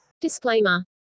Disclaimer